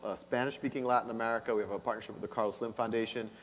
ah spanish speaking latin america, we have a partnership with the carlos slim foundation.